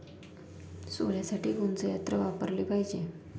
सोल्यासाठी कोनचं यंत्र वापराले पायजे?